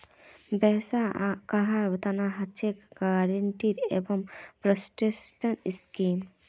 वैसा कहार तना हछेक गारंटीड एसेट प्रोटेक्शन स्कीम